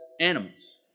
animals